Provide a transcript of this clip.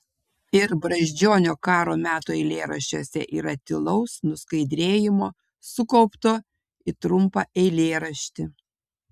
ir brazdžionio karo metų eilėraščiuose yra tylaus nuskaidrėjimo sukaupto į trumpą eilėraštį